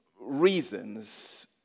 reasons